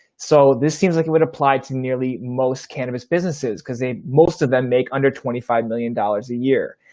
so this seems like it would apply to nearly most cannabis businesses cause they, most of them make under twenty five million dollars a year.